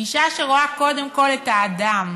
גישה שרואה קודם כול את האדם.